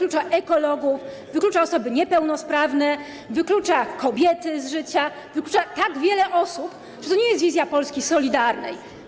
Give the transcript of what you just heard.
LGBT, ekologów, osoby niepełnosprawne, wyklucza kobiety z życia, wyklucza tak wiele osób, że to nie jest wizja Polski solidarnej.